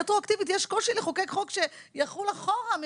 רטרואקטיבית, יש קושי לחוקק חוק שיחול אחורה.